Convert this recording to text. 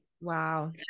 wow